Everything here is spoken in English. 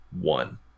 one